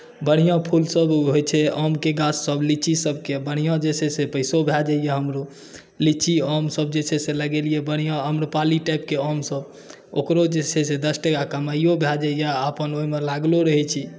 बढ़िआँ फूलसभ ओ होइत छै आमके गाछसभ लीचीसभके बढ़िआँ जे छै से पैसो भए जाइए हमरो लीची आमसभ जे छै से लगेलियै बढ़िआँ आम्रपाली टाइपके आमसभ ओकरो जे छै से दस टका कमाइओ भए जाइए आ अपन ओहिमे लागलो रहैत छी